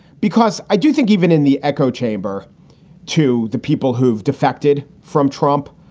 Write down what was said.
because i do think even in the echo chamber to the people who have defected from trump,